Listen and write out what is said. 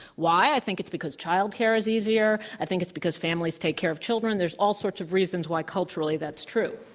why? i think it's because childcare is easier. i think it's because families take care of children. there's all sorts of reasons why culturally that's true.